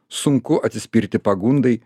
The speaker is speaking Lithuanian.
sunku atsispirti pagundai